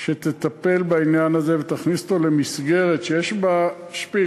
שתטפל בעניין הזה ותכניס אותו למסגרת שיש בה "שפיל",